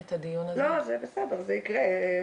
לא, זה בסדר, זה יקרה.